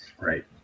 Right